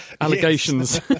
allegations